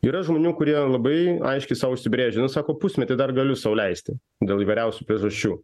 yra žmonių kurie labai aiškiai sau užsibrėžia nusako pusmetį dar galiu sau leisti dėl įvairiausių priežasčių